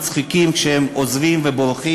מצחיקים אחרי שהם עזבו את הפצועים וברחו.